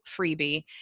freebie